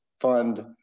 fund